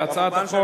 להצעת החוק,